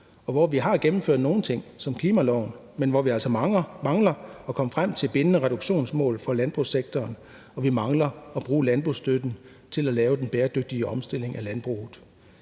Vi har gennemført nogle ting som klimaloven, men vi mangler altså at komme frem til bindende reduktionsmål for landbrugssektoren og mangler at bruge landbrugsstøtten til at lave den bæredygtige omstilling af landbruget.